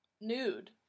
nude